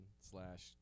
slash